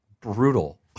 brutal